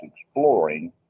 exploring